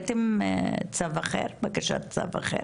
הוצאת צו אחר